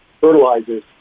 fertilizers